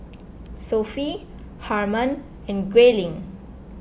Sophie Harman and Grayling